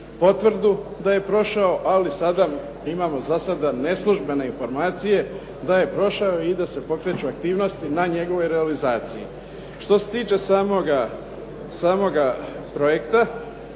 potvrdu da je prošao, ali sada imamo za sada neslužbene informacije da je prošao i da se pokreću aktivnosti na njegovoj realizaciji. Što se tiče samoga projekta